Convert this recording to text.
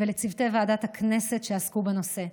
ולצוותי ועדת הכנסת שעסקו בנושא.